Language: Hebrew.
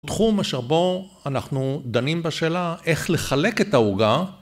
תחום אשר בו אנחנו דנים בשאלה איך לחלק את העוגה.